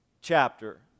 chapter